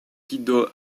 guido